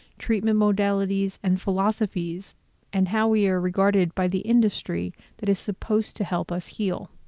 treatment modalities and philosophies and how we are regarded by the industry that is supposed to help us heal.